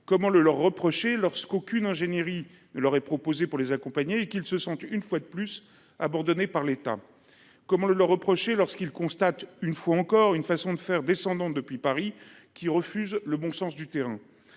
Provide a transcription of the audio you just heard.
Comment le leur reprocher lorsqu'aucune ingénierie aurait proposé pour les accompagner et qu'ils se sentent une fois de plus abandonnés par l'État. Comment le leur reprocher lorsqu'ils constatent une fois encore, une façon de faire descendante depuis Paris qui refuse le bon sens du terrain.